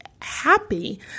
happy